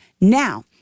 Now